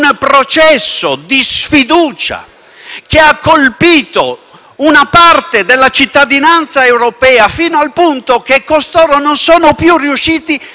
una parte della cittadinanza europea fino al punto che questa non è più riuscita a intravedere una prospettiva di crescita.